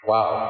Wow